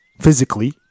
physically